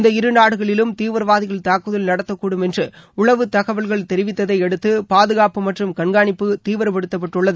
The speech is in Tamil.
இந்த இரு நாடுகளிலும் தீவிரவாதிகள் தாக்குதல் நடத்தக் கூடும் என்று உளவு தகவல்கள் தெரிவித்ததை அடுத்து பாதுகாப்பு மற்றம் கண்காணிப்பு தீவிரப்படுத்தப்பட்டுள்ளது